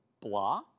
blah